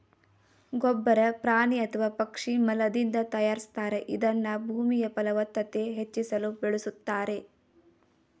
ಗೊಬ್ಬರ ಪ್ರಾಣಿ ಅಥವಾ ಪಕ್ಷಿ ಮಲದಿಂದ ತಯಾರಿಸ್ತಾರೆ ಇದನ್ನ ಭೂಮಿಯಫಲವತ್ತತೆ ಹೆಚ್ಚಿಸಲು ಬಳುಸ್ತಾರೆ